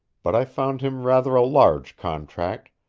but i found him rather a large contract,